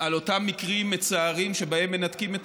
על אותם מקרים מצערים שבהם מנתקים את